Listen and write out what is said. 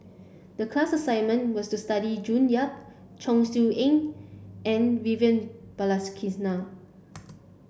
the class assignment was to study June Yap Chong Siew Ying and Vivian Balakrishnan